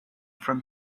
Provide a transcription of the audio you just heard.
from